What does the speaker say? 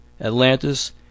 Atlantis